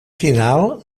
final